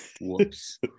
Whoops